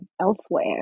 elsewhere